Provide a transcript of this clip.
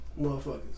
motherfuckers